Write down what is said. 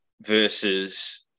versus